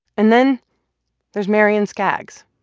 and then there's marian skaggs.